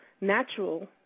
natural